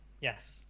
Yes